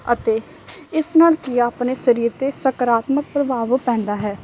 ਅਤੇ ਇਸ ਨਾਲ ਕੀ ਆ ਆਪਣੇ ਸਰੀਰ 'ਤੇ ਸਕਾਰਾਤਮਕ ਪ੍ਰਭਾਵ ਪੈਂਦਾ ਹੈ